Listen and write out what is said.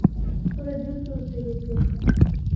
ᱯᱩᱨᱟᱹ ᱡᱳᱨᱥᱳᱨ ᱛᱮᱜᱮ ᱥᱮ